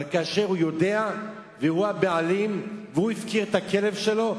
אבל כאשר הוא יודע והוא הבעלים והוא הפקיר את הכלב שלו,